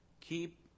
Keep